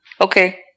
okay